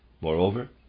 Moreover